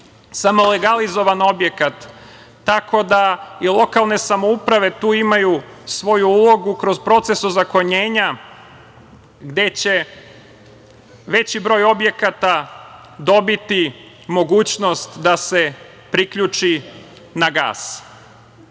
samo legalizovani objekat, tako da i lokalne samouprave tu imaju svoju ulogu kroz proces ozakonjenja, gde će veći broj objekata dobiti mogućnost da se priključi na gas. Što